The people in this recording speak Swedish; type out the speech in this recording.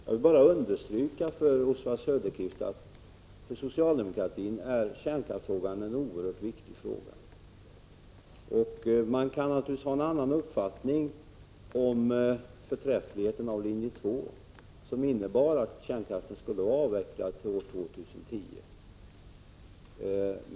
Jag vill bara understryka för Oswald Söderqvist att kärnkraftsfrågan är en oerhört viktig fråga för socialdemokratin. Man kan naturligtvis ha en annan uppfattning om förträffligheten av linje 2, som innebar att kärnkraften skulle avvecklas år 2010.